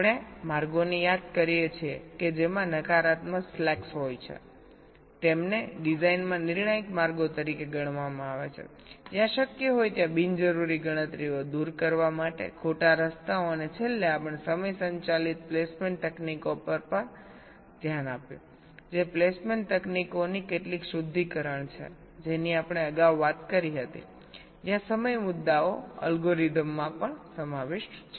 આપણે એવા માર્ગોને યાદ કરીએ છીએ કે જેમાં નકારાત્મક સ્લેક્સ હોય છે તેમને ડિઝાઇનમાં ક્રીટીકલ પાથ તરીકે ગણવામાં આવે છે જ્યાં શક્ય હોય ત્યાં બિનજરૂરી ગણતરીઓ દૂર કરવા માટે ખોટા રસ્તાઓ અને છેલ્લે આપણે ટાયમીંગ ડ્રીવન પ્લેસમેન્ટ તકનીકો પર ધ્યાન આપ્યું જે પ્લેસમેન્ટ તકનીકોની કેટલીક શુદ્ધિકરણ છે જેની આપણે અગાઉ વાત કરી હતી જ્યાં સમય મુદ્દાઓ એલ્ગોરિધમ્સમાં પણ સમાવિષ્ટ છે